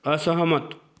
असहमत